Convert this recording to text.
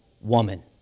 woman